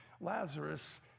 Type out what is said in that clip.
Lazarus